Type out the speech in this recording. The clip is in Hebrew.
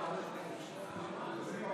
ואורי מקלב.